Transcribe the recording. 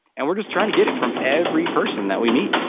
and we're just trying to get it from every person that we meet.